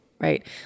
right